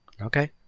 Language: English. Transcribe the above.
Okay